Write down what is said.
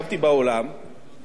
אדוני ראש האופוזיציה,